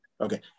Okay